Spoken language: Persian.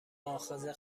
مواخذه